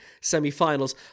semi-finals